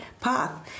path